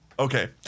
Okay